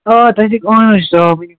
آ تَتیُک اونر چھُس آ ؤنِو